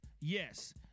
yes